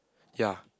ya